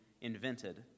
invented